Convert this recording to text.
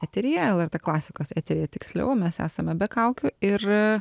eteryje lrt klasikos eteryje tiksliau mes esame be kaukių ir